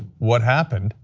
what happened?